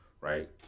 Right